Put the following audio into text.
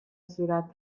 صورت